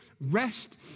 Rest